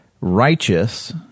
Righteous